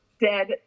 dead